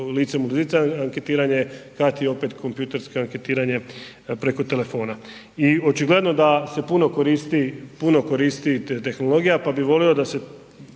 licem u lice, anketiranje CATI opet kompjutersko anketiranje preko telefona. I očigledno da se puno koristi, puno koristi tehnologija pa bi volio da se